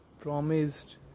promised